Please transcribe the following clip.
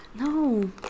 no